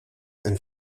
and